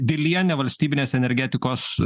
diliene valstybinės energetikos